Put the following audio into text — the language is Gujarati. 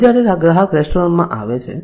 હવે જ્યારે ગ્રાહક રેસ્ટોરન્ટમાં આવે છે